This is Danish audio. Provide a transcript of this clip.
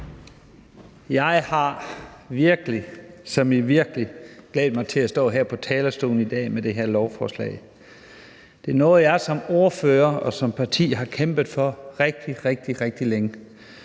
Jeg har virkelig – som i virkelig – glædet mig til at stå her på talerstolen i dag med det her lovforslag. Det er noget, jeg som ordfører og vi som parti har kæmpet for rigtig, rigtig længe.